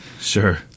sure